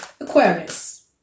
Aquarius